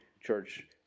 church